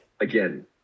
again